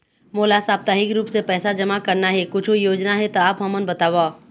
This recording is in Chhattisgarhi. मोला साप्ताहिक रूप से पैसा जमा करना हे, कुछू योजना हे त आप हमन बताव?